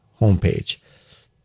homepage